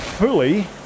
fully